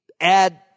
add